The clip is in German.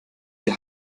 die